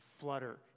flutter